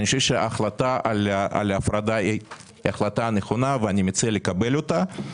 אני חושב שההחלטה על ההפרדה היא החלטה נכונה ואני מציע לקבל אותה.